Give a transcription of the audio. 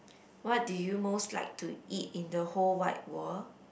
what do you most like to eat in the whole wide world